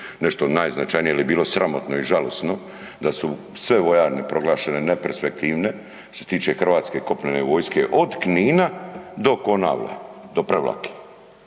nešto najznačajnije jer je bilo sramotno i žalosno da su sve vojarne proglašene neperspektivne što se tiče Hrvatske kopnene vojske od Knina do Konavla, do Prevlake